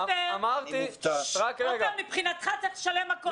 עופר, מבחינתך צריך לשלם הכול.